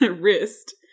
wrist